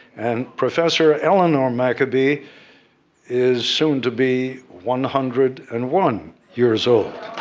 and professor eleanor maccoby is soon to be one hundred and one years old.